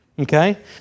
Okay